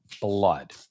blood